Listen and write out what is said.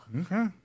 Okay